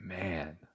Man